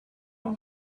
mon